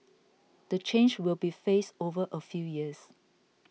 the change will be phased over a few years